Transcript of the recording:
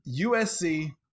USC